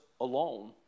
alone